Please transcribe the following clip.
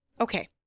Okay